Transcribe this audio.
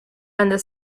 and